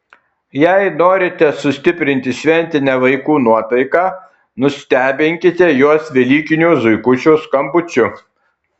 jei norite sustiprinti šventinę vaikų nuotaiką nustebinkite juos velykinio zuikučio skambučiu